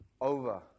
over